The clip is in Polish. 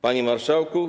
Panie Marszałku!